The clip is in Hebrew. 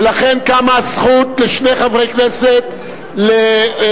ולכן, קמה הזכות לשני חברי כנסת להגיב.